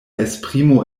esprimo